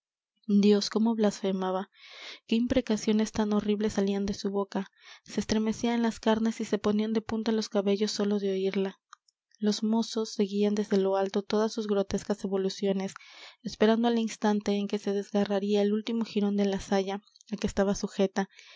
dios cómo blasfemaba qué imprecaciones tan horribles salían de su boca se estremecían las carnes y se ponían de punta los cabellos sólo de oirla los mozos seguían desde lo alto todas sus grotescas evoluciones esperando el instante en que se desgarraría el último jirón de la saya á que estaba sujeta